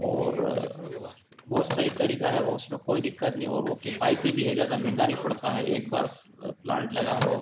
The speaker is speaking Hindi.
और बहुत सही तरीका है वो उसमें कोई दिक्कत नहीं और वो किफ़ायती भी है ज़्यादा महँगा नहीं पड़ता है एक बार प्लांट लगाओ और